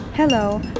Hello